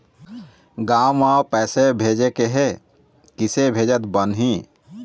गांव म पैसे भेजेके हे, किसे भेजत बनाहि?